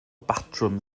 batrwm